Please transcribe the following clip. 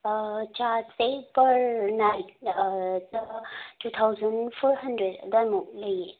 chart paper ꯅꯥꯏꯛ ꯇ two thousand four hundred ꯑꯗ꯭ꯋꯥꯏꯃꯨꯛ ꯂꯩꯌꯦ